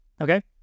okay